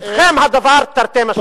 בידכם הדבר, תרתי משמע.